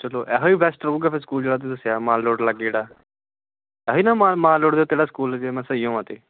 ਚਲੋ ਇਹੋ ਹੀ ਬੈਸਟ ਰਹੇਗਾ ਫਿਰ ਸਕੂਲ ਜਿਹੜਾ ਤੁਸੀਂ ਦੱਸਿਆ ਮਾਲ ਰੋਡ ਲਾਗੇ ਜਿਹੜਾ ਇਹੀ ਨਾ ਮਾਨ ਮਾਲ ਰੋਡ ਦੇ ਉੱਤੇ ਜਿਹੜਾ ਸਕੂਲ ਜੇ ਮੈਂ ਸਹੀ ਹੋਵਾਂ ਤਾਂ